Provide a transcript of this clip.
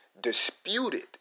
disputed